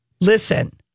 Listen